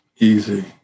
Easy